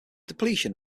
depletion